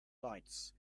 lights